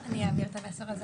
אני אעביר את המסר הזה.